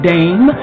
Dame